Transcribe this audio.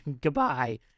Goodbye